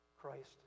Christ